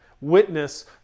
witness